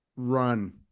run